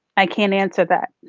i can't answer that.